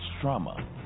trauma